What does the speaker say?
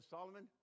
Solomon